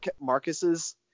Marcus's